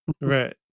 right